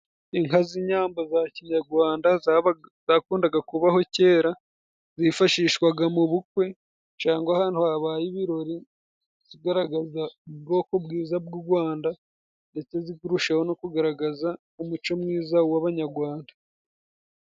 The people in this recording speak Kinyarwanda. Inka z'inyambo za kinyagwanda zakundaga kubaho kera, zifashishwaga mu bukwe cangwa ahantu habaye ibirori, zigaragaza ubwoko bwiza bw'u Gwanda ndetse ziKarushaho no kugaragaza umuco mwiza w'Abanyagwanda.